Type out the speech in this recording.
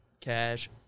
Cash